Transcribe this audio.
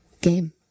game